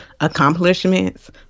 accomplishments